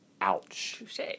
Ouch